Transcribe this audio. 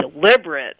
deliberate